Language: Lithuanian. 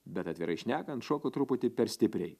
bet atvirai šnekant šoko truputį per stipriai